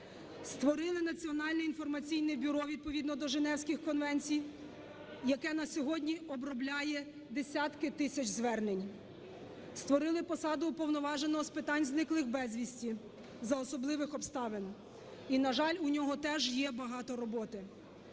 Створили Національне інформаційне бюро відповідно до Женевської конвенцій, яке на сьогодні обробляє десятки тисяч звернень. Створили посаду Уповноваженого з питань зниклих безвісти за особливих обставин. І, на жаль, у нього теж є багато роботи.